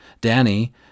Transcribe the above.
Danny